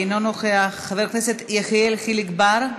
אינו נוכח, חבר הכנסת יחיאל חיליק בר,